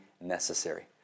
necessary